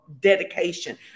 dedication